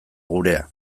gurea